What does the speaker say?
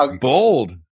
Bold